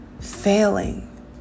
failing